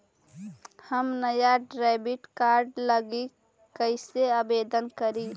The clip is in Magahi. हम नया डेबिट कार्ड लागी कईसे आवेदन करी?